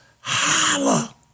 Holla